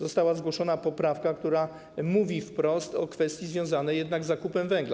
Została zgłoszona poprawka, która mówi wprost o kwestii związanej jednak z zakupem węgla.